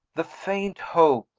the faint hope,